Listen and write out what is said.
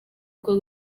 uko